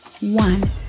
one